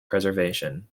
preservation